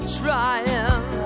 trying